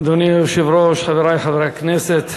אדוני היושב-ראש, חברי חברי הכנסת,